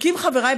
צודקים חבריי,